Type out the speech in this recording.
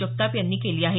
जगताप यांनी केली आहे